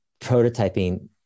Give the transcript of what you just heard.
prototyping